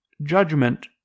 judgment